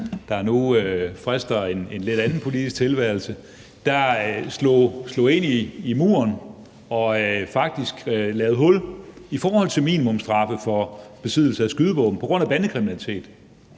der nu frister en lidt anden politisk tilværelse, der slog et hul ind i muren i forhold til minimumsstraffe for besiddelse af skydevåben på grund af bandekriminalitet.